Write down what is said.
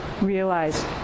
realize